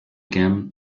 again